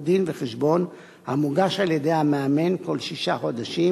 דין-וחשבון המוגש על-ידי המאמן כל שישה חודשים,